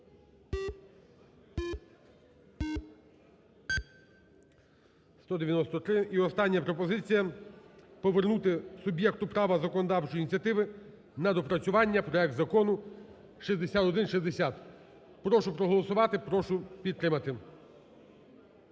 І остання пропозиція повернути суб'єкту права законодавчої ініціативи на доопрацювання проект Закону 6160, прошу проголосувати, прошу підтримати.